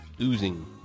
oozing